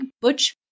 butch